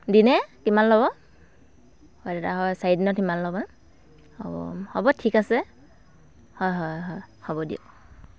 দিনে কিমান ল'ব হয় দাদা অঁ চাৰিদিনত সিমান ল'ব ন অঁ হ'ব ঠিক আছে হয় হয় হয় হ'ব দিয়ক